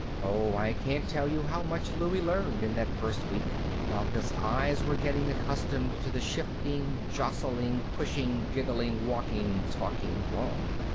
oh, i can't tell you how much louie learned in that first week while his eyes were getting accustomed to the shifting, jostling, pushing, giggling, walking, talking throng.